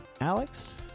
alex